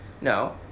No